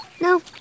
No